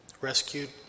rescued